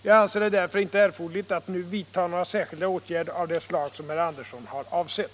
Jag anser det därför inte erforderligt att nu vidta några sär skilda åtgärder av det slag som herr Andersson har avsett.